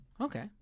Okay